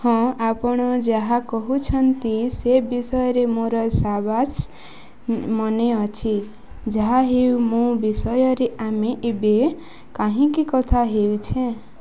ହଁ ଆପଣ ଯାହା କହୁଛନ୍ତି ସେ ବିଷୟରେ ମୋର ସାବାସ୍ ମନେ ଅଛି ଯାହା ହେଉ ମୋ ବିଷୟରେ ଆମେ ଏବେ କାହିଁକି କଥା ହେଉଛେଁ